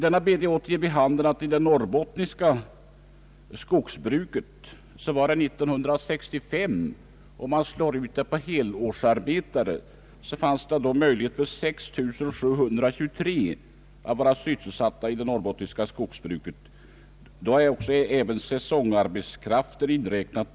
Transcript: Utredningen BD 80 ger vid handen att 1965 fanns, om man slår ut det på helårsarbetare, möjligheter för 6 723 personer att vara sysselsatta i det norrbottniska skogsbruket. Då är även säsongarbetskraften inräknad.